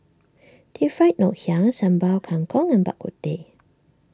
Deep Fried Ngoh Hiang Sambal Kangkong and Bak Kut Teh